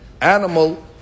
animal